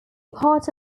part